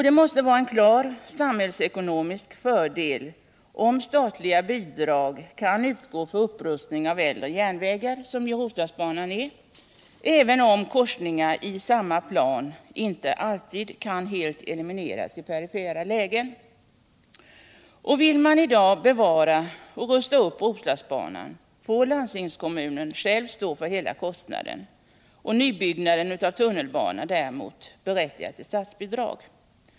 Det måste vara en klar samhällsekonomisk fördel, om statliga bidrag kan utgå för upprustning av äldre järnvägar som Roslagsbanan, även om Om villkoren för korsningar i samma plan inte alltid kan elimineras i perifera lägen. Vill man i dag bevara och rusta upp Roslagsbanan, får landstingskommunen själv stå för hela kostnaden. Nybyggnad av tunnelbana berättigar däremot till statsbidrag.